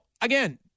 again